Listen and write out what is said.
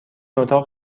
اتاق